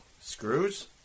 Screws